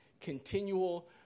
continual